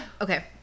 Okay